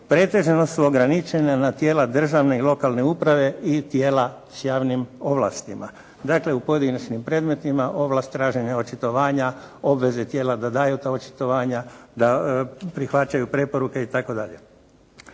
pretežno su ograničene na tijela državne i lokalne uprave i tijela s javnim ovlastima. Dakle u pojedinačnim predmetima ovlast traženje očitovanja, obveze tijela da daju ta očitovanja, da prihvate preporuke itd.